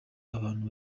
abantu